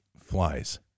flies